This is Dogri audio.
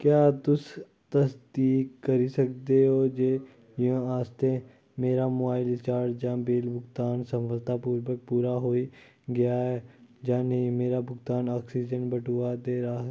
क्या तुस तसदीक करी सकदे ओ जे जियो आस्तै मेरा मोबाइल रिचार्ज जां बिल भुगतान सफलतापूर्वक पूरा होई गेआ ऐ जां नेईं मेरा भुगतान आक्सीजन बटुआ दे राहें